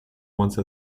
once